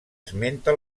esmenta